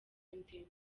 temple